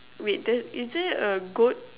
wait there is there a goat